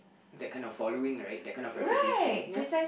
that kind of following right that kind of reputation ya